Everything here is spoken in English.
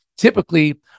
Typically